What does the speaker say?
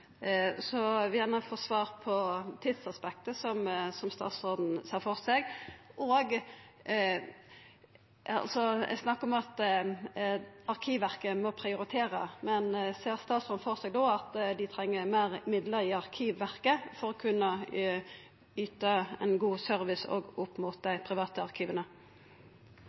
Så eg vil gjerne få svar på tidsaspektet statsråden ser for seg. Det er òg snakk om at Arkivverket må prioritera, men ser statsråden då for seg at dei treng meir midlar i Arkivverket for å kunna yta god service òg til dei private arkiva?